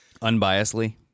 Unbiasedly